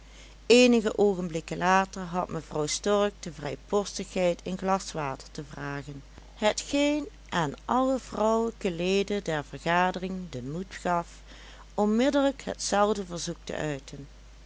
eenige oogenblikken later had mevrouw stork de vrijpostigheid een glas water te vragen hetgeen aan alle vrouwelijke leden der vergadering den moed gaf onmiddellijk hetzelfde verzoek te uiten